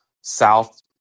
South